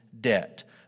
debt